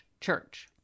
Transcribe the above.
church